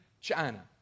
China